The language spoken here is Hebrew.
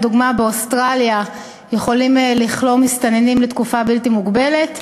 לדוגמה באוסטרליה יכולים לכלוא מסתננים לתקופה בלתי מוגבלת,